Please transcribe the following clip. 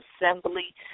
Assembly